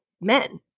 men